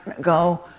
go